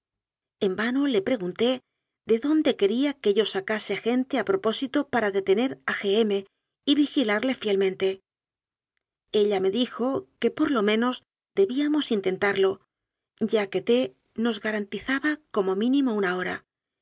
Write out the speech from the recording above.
en vano le pre gunté de dónde quería que yo sacase gente a pro pósito para detener a g m y vigilarle fiel mente ella me dijo que por lo menos debíamos intentarlo ya que t nos garantizaba como mímimo una hora y